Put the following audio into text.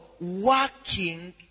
working